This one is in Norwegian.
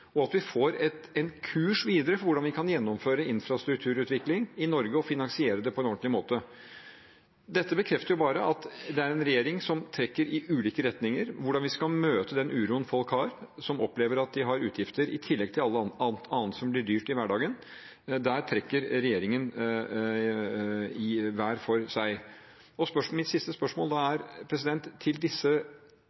og at vi får en kurs videre med tanke på hvordan vi kan gjennomføre infrastrukturutvikling i Norge og finansiere det på en ordentlig måte. Dette bekrefter jo bare at det er en regjering som trekker i ulike retninger for hvordan vi skal møte den uroen folk har, som opplever at de har utgifter, i tillegg til alt annet som blir dyrt i hverdagen. Der trekker regjeringen i ulik retning. Mitt siste spørsmål